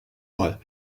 mal